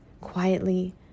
quietly